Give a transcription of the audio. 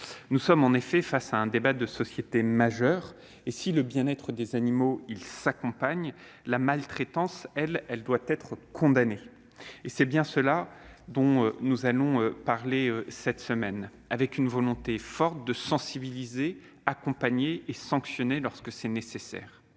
Nous sommes en effet face à un débat de société majeur. Si le bien-être des animaux s'accompagne, la maltraitance, elle, doit être condamnée. C'est bien cela dont nous allons parler aujourd'hui, avec une volonté forte de sensibiliser, d'accompagner et de sanctionner lorsque c'est nécessaire.